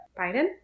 Biden